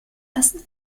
lassen